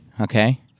Okay